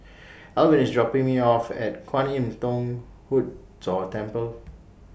Alvin IS dropping Me off At Kwan Im Thong Hood Cho Temple